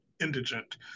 indigent